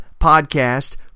Podcast